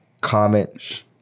comment